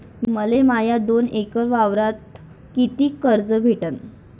मले माया दोन एकर वावरावर कितीक कर्ज भेटन?